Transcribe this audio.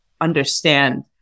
understand